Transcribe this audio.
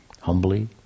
humbly